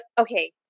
okay